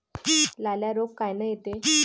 लाल्या रोग कायनं येते?